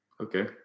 Okay